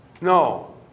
No